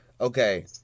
Okay